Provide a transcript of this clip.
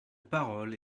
parole